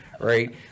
Right